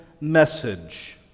message